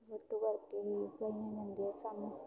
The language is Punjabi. ਵਰਤੋਂ ਕਰਕੇ ਹੀ ਉਗਾਈਆਂ ਜਾਂਦੀਆਂ ਸਨ